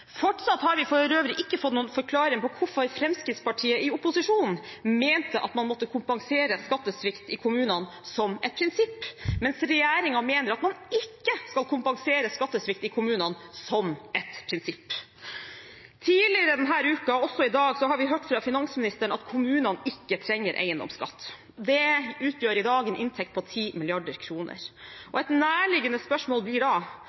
Fortsatt har vi for øvrig ikke fått noen forklaring på hvorfor Fremskrittspartiet i opposisjon mente at man måtte kompensere skattesvikt i kommunene som et prinsipp, mens regjeringen mener at man ikke skal kompensere skattesvikt i kommunene som et prinsipp. Tidligere denne uken, også i dag, har vi hørt fra finansministeren at kommunene ikke trenger eiendomsskatt. Det utgjør i dag en inntekt på 10 mrd. kr. Et nærliggende spørsmål blir da: